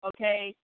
okay